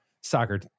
soccer